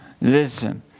Listen